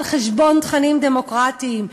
על חשבון תכנים דמוקרטיים,